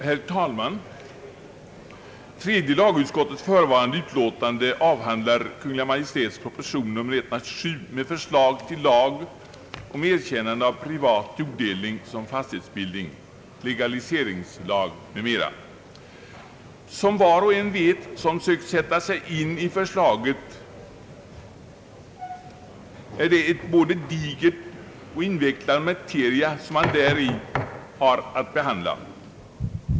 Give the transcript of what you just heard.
Herr talman! Tredje lagutskottets förevarande utlåtande avhandlar Kungl. Maj:ts proposition nr 127 med förslag till lag om erkännande av privat jorddelning som fastighetsbildning m.m. Som var och en som sökt sätta sig in i förslaget vet är det en både diger och invecklad materia som man däri har att behandla.